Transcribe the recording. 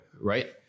right